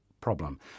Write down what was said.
problem